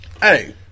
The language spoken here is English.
Hey